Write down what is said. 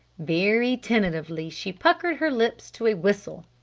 very tentatively she puckered her lips to a whistle.